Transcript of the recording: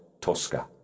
Tosca